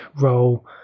role